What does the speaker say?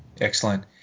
Excellent